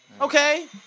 okay